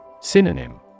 Synonym